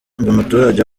umuturage